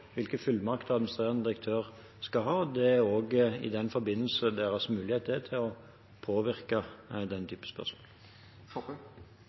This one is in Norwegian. hvilke fullmakter administrerende direktør skal ha. Det er også i den forbindelse de har mulighet til å påvirke den